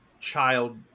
child